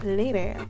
later